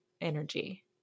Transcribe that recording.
energy